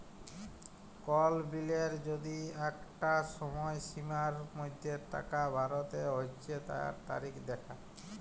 কোল বিলের যদি আঁকটা সময়সীমার মধ্যে টাকা ভরতে হচ্যে তার তারিখ দ্যাখা